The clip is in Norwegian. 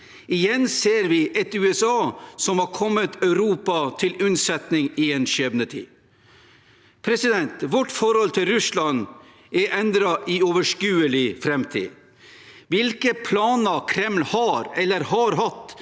igjen ser vi et USA som har kommet Europa til unnsetning i en skjebnetid. Vårt forhold til Russland er endret i overskuelig framtid. Hvilke planer Kreml har eller har hatt